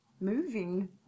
moving